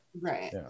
Right